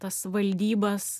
tas valdybas